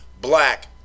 Black